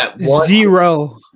Zero